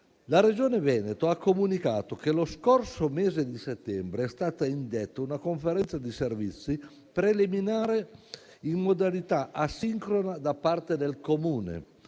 La Regione Veneto ha comunicato che lo scorso mese di settembre è stata indetta una conferenza dei servizi preliminare in modalità asincrona da parte del Comune.